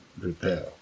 repair